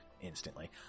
instantly